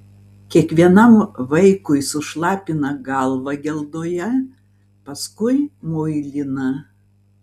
kiekvienam vaikui sušlapina galvą geldoje paskui muilina